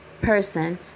person